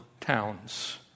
towns